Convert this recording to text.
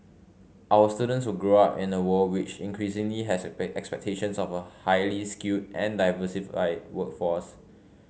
our students will grow up in a world which increasingly has expectations of a highly skilled and diversified workforce